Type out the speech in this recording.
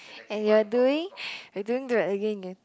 and you are doing you're doing that again